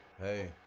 hey